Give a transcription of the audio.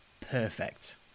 Perfect